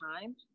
time